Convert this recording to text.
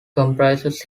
comprises